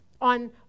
on